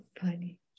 funny